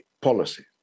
policy